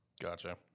Gotcha